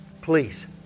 Please